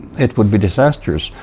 it would be disastrous.